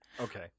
Okay